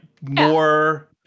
more –